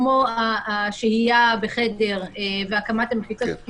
כמו השהייה בחדר והקמת המחיצות,